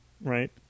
right